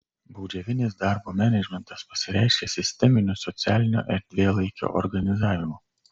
baudžiavinis darbo menedžmentas pasireiškė sisteminiu socialinio erdvėlaikio organizavimu